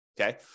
okay